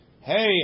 Hey